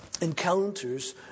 encounters